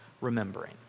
remembering